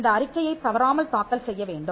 இந்த அறிக்கையைத் தவறாமல் தாக்கல் செய்யவேண்டும்